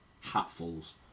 hatfuls